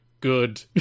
good